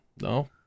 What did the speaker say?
No